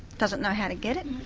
doesn't know how to get it.